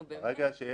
נו, באמת.